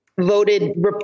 voted